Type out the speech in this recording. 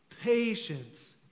patience